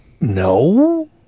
No